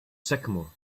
sycamore